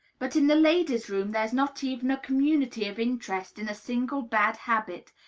but in the ladies' room there is not even a community of interest in a single bad habit,